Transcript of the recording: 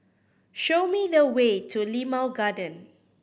show me the way to Limau Garden